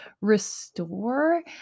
restore